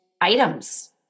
items